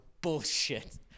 bullshit